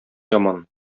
яман